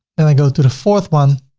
then i go to the fourth one,